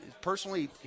personally